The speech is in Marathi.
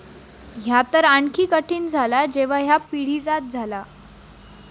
ह्या तर आणखी कठीण झाला जेव्हा ह्या पिढीजात झाला